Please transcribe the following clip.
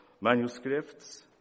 manuscripts